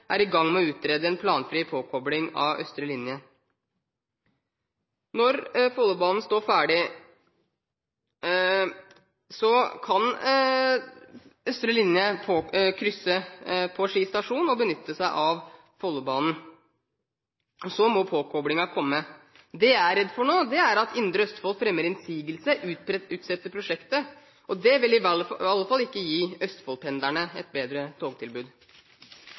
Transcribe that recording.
er i gang med å utrede en planfri påkobling av østre linje. Når Follobanen står ferdig og østre linje kan krysse på Ski stasjon og benytte seg av Follobanen, må påkoblingen komme. Det jeg er redd for nå, er at Indre Østfold fremmer innsigelse og utsetter prosjektet – det vil i alle fall ikke gi østfoldpendlerne et bedre togtilbud.